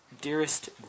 Dearest